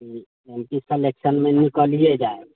जे सिलेक्शनमे निकलिए जाय